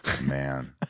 Man